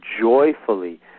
joyfully